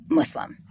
Muslim